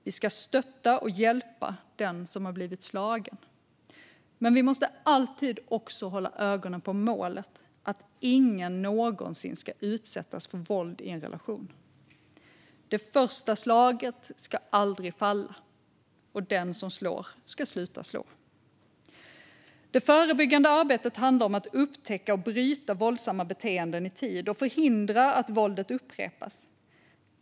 Vi ska stötta och hjälpa den som har blivit slagen. Men vi måste alltid också hålla ögonen på målet: att ingen någonsin ska utsättas för våld i en relation. Det första slaget ska aldrig falla, och den som slår ska sluta slå. Det förebyggande arbetet handlar om att upptäcka och bryta våldsamma beteenden i tid och förhindra att våldet upprepas.